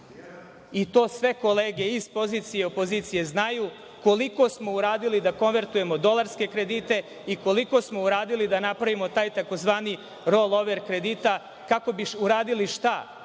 i to sve kolege iz pozicije i opozicije znaju koliko smo uradili da konvertujemo dolarske kredite i koliko smo uradili da napravimo taj tzv. rolover kredita kako bi uradili šta